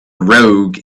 rogue